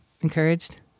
encouraged